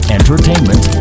entertainment